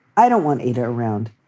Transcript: i don't want either around,